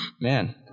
Man